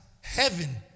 heaven